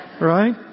Right